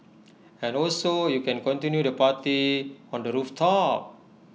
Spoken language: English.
and also you can continue the party on the rooftop